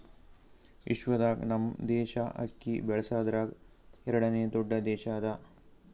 ವಿಶ್ವದಾಗ್ ನಮ್ ದೇಶ ಅಕ್ಕಿ ಬೆಳಸದ್ರಾಗ್ ಎರಡನೇ ದೊಡ್ಡ ದೇಶ ಅದಾ